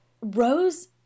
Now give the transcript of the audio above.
Rose